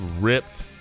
ripped